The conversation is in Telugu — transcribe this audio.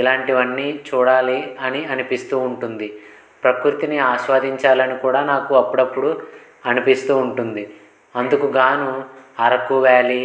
ఇలాంటివన్నీ చూడాలి అని అనిపిస్తూ ఉంటుంది ప్రకృతిని ఆస్వాదించాలని కూడా నాకు అప్పుడప్పుడు అనిపిస్తూ ఉంటుంది అందుకుగాను అరకు వ్యాలీ